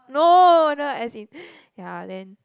no no as in ya then